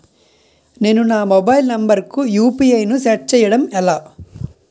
నేను నా mobile number కుయు.పి.ఐ ను సెట్ చేయడం ఎలా?